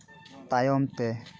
ᱛᱟᱭᱚᱢ ᱛᱮ